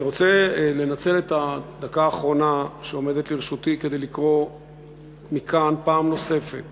אני רוצה לנצל את הדקה האחרונה שעומדת לרשותי כדי לקרוא מכאן פעם נוספת